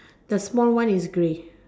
the small one is grey